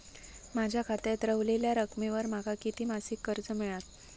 माझ्या खात्यात रव्हलेल्या रकमेवर माका किती मासिक कर्ज मिळात?